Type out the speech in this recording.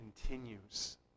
continues